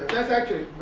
that's actually,